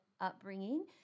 upbringing